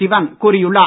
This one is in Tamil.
சிவன் கூறியுள்ளார்